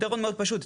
הפתרון מאוד פשוט,